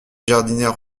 jardinières